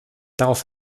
darauf